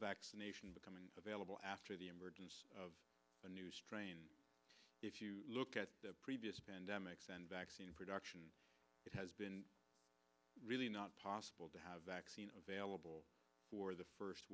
vaccination becoming available after the emergence of a new strain if you look at previous pandemic vaccine production it has been really not possible to have vaccine available for the first